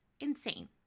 insane